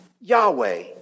Yahweh